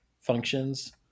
functions